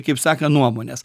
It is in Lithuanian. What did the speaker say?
kaip sakant nuomones